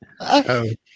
-oh